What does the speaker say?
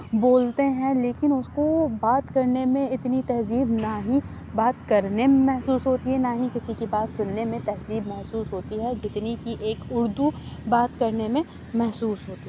بولتے ہیں لیکن اس کو بات کرنے میں اتنی تہذیب نا ہی بات کرنے میں محسوس ہوتی ہے نا ہی کسی کی بات سننے میں تہذیب محسوس ہوتی ہے جتنی کہ ایک اردو بات کرنے میں محسوس ہوتی